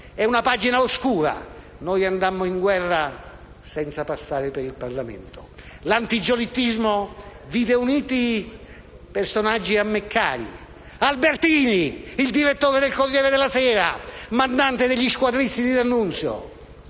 È una pagina oscura. Noi andammo in guerra senza passare per il Parlamento. L'antigiolittismo vide uniti personaggi a me cari: Albertini, il direttore del «Corriere della Sera», mandante degli squadristi di D'Annunzio;